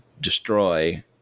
destroy